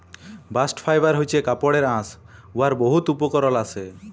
bast fibre হছে কাপড়ের আঁশ উয়ার বহুত উপকরল আসে